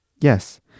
Yes